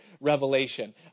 revelation